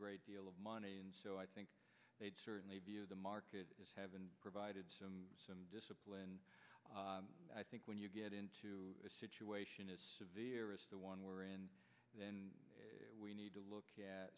great deal of money and so i think they'd certainly be of the market have been provided some discipline and i think when you get into a situation as severe as the one we're in then we need to look